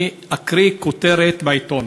אני אקריא כותרת בעיתון: